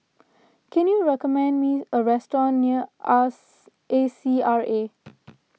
can you recommend me a restaurant near A C R A